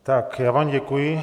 Tak já vám děkuji.